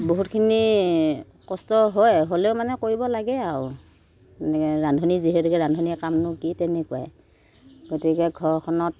বহুতখিনি কষ্টও হয় হ'লেও মানে কৰিব লাগে আৰু মানে ৰান্ধনী যিহেতুকে ৰান্ধনীৰ কামনো কি তেনেকুৱাই গতিকে ঘৰখনত